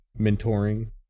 mentoring